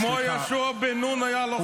כמו שיהושע בן נון היה לוחם,